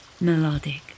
melodic